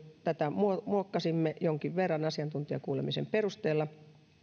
tätä jo muokkasimme jonkin verran asiantuntijakuulemisen perusteella